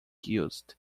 used